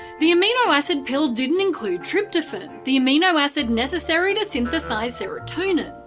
the amino acid pill didn't include tryptophan, the amino acid necessary to synthesise serotonin,